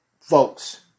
folks